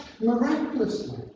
miraculously